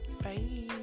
Bye